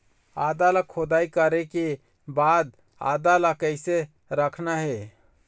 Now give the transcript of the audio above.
आदा ला खोदाई करे के बाद आदा ला कैसे रखना हे?